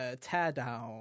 Teardown